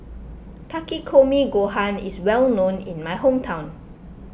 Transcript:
Takikomi Gohan is well known in my hometown